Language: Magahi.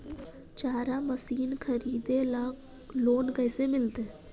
चारा मशिन खरीदे ल लोन कैसे मिलतै?